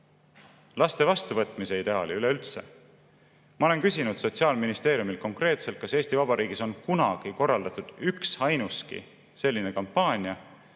laste vastuvõtmise ideaali üleüldse?! Ma olen küsinud Sotsiaalministeeriumilt konkreetselt, kas Eesti Vabariigis on kunagi korraldatud üksainuski selline kampaania.